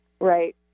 Right